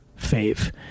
fave